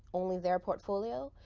only their portfolio,